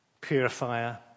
purifier